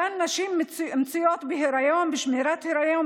אותן נשים מצויות בשמירת היריון,